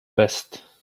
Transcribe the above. best